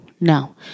No